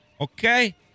Okay